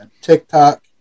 TikTok